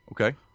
Okay